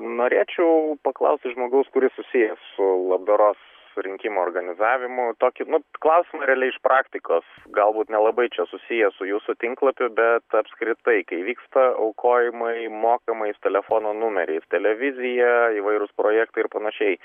norėčiau paklausti žmogaus kuris susijęs su labdaros surinkimo organizavimu tokį nu klausimą realiai iš praktikos galbūt nelabai čia susiję su jūsų tinklapiu bet apskritai kai vyksta aukojimai mokamais telefono numeriais televizija įvairūs projektai ir panašiai